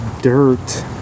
dirt